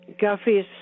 Guffey's